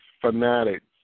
fanatics